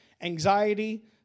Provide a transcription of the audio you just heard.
anxiety